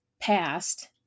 past